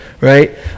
right